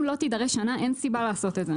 אם לא תידרש שנה אין סיבה לעשות את זה.